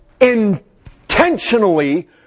intentionally